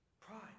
Pride